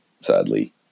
sadly